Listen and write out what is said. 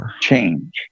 change